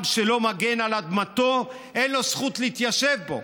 עם שלא מגן על אדמתו, אין לו זכות להתיישב בה.